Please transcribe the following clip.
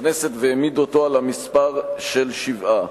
הכנסת והעמיד אותו על המספר של שבעה.